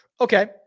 Okay